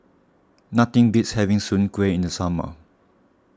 nothing beats having Soon Kueh in the summer